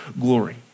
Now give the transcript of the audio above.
glory